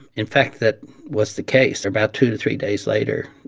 in fact, that was the case. about two to three days later,